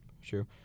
Sure